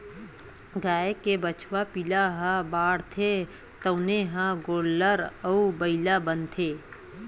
गाय के बछवा पिला ह बाढ़थे तउने ह गोल्लर अउ बइला बनथे